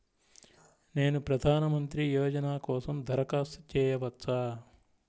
నేను ప్రధాన మంత్రి యోజన కోసం దరఖాస్తు చేయవచ్చా?